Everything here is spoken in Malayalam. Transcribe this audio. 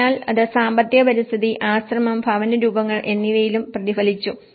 അതിനാൽ അത് സാമ്പത്തിക സ്ഥിതി ആശ്രമം ഭവന രൂപങ്ങൾ എന്നിവയിലും പ്രതിഫലിച്ചു